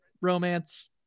romance